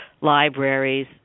libraries